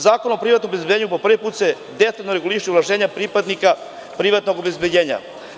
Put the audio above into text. Zakon o privatnom obezbeđenju po prvi put se detaljno regulišu ovlašćenja pripadnika privatnog obezbeđenja.